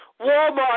Walmart